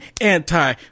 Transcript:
anti